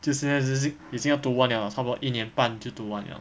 就是剩下一时已经要读完 liao 差不多一年半就读完 liao